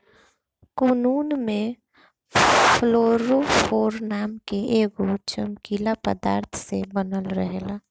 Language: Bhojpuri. कोकून में फ्लोरोफोर नाम के एगो चमकीला पदार्थ से बनल रहेला